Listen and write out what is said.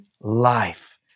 life